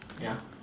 ya